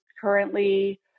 currently